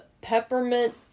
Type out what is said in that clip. peppermint